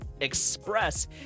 express